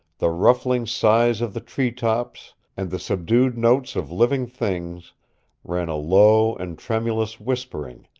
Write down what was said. the rustling sighs of the tree-tops and the subdued notes of living things ran a low and tremulous whispering,